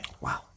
Wow